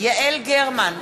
יעל גרמן,